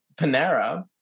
Panera